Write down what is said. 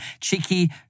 cheeky